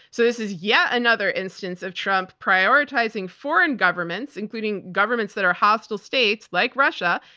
so this is yet another instance of trump prioritizing foreign governments, including governments that are hostile states like russia,